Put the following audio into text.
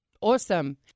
Awesome